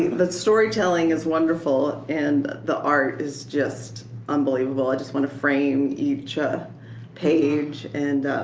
the storytelling is wonderful and the art is just unbelievable just want to frame each ah page. and